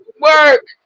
work